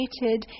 created